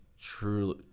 truly